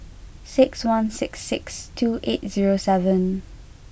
six one six six two eight zero seven